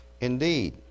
indeed